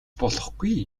болохгүй